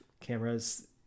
cameras